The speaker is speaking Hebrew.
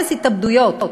אפס התאבדויות.